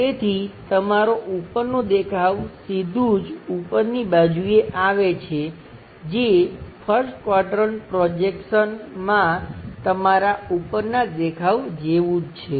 તેથી તમારો ઉપરનો દેખાવ સીધું જ ઉપરની બાજુએ આવે છે જે 1st ક્વાડ્રંટ પ્રોજેક્શન માં તમારા ઉપરનાં દેખાવ જેવું જ છે